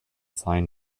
sign